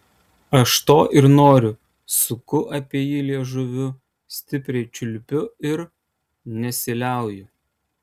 aš to ir noriu suku apie jį liežuviu stipriai čiulpiu ir nesiliauju